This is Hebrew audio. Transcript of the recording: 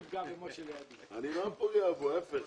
מפגשים שקיימנו עם בעלי העסקים בדרום, אנחנו